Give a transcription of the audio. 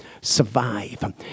survive